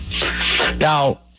Now